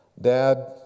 Dad